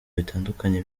bitandukanye